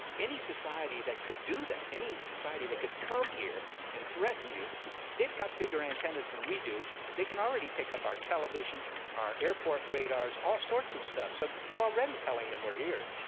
any society that could do that any society that could come here and threaten you they've got bigger antennas than we do they can already pick up our television our airport radars all sorts of stuff so we're already telling them. we're here